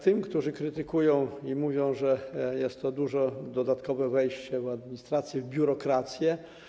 Tym, którzy krytykują i mówią, że jest to duże, dodatkowe wejście w administrację, w biurokrację.